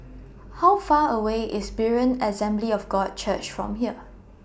How Far away IS Berean Assembly of God Church from here